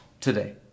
today